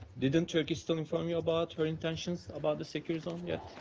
didn't turkey still inform you about her intentions about the secure zone yet?